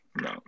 no